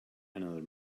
another